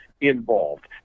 involved